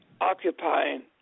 occupying